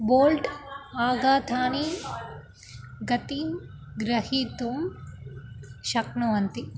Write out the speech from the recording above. Bolt आगतानि गति ग्रहीतुं शक्नुवन्ति